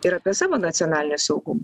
ir apie savo nacionalinį saugumą